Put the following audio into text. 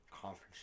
conference